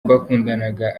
twakundanaga